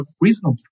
reasonable